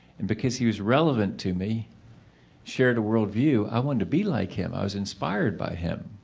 and because he was relevant to me shared a world view, i wanted to be like him, i was inspired by him.